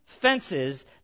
fences